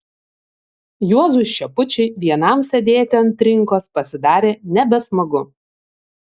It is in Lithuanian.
juozui šepučiui vienam sėdėti ant trinkos pasidarė nebesmagu